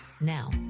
Now